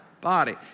body